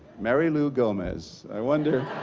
mary lou gomez.